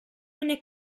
venne